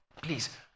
Please